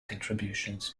contributions